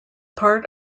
part